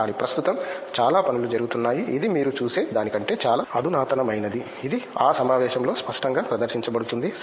కానీ ప్రస్తుతం చాలా పనులు జరుగుతున్నాయి ఇది మీరు చూసే దానికంటే చాలా అధునాతనమైనది ఇది ఆ సమావేశంలో స్పష్టంగా ప్రదర్శించబడుతుంది